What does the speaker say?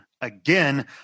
again